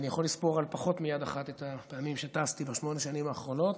אני יכול לספור על פחות מיד אחת את הפעמים שטסתי בשמונה השנים האחרונות.